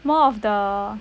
more of the